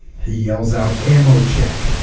he yells out ammo check